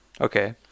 Okay